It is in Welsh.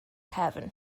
cefn